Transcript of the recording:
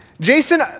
Jason